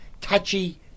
touchy